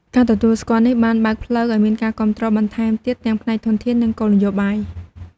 ការទទួលស្គាល់នេះបានបើកផ្លូវឲ្យមានការគាំទ្របន្ថែមទៀតទាំងផ្នែកធនធាន និងគោលនយោបាយ។